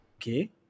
Okay